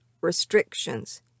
restrictions